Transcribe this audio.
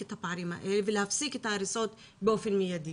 את הפערים האלה ולהפסיק את ההריסות באופן מיידי.